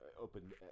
open